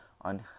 on